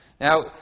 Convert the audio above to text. Now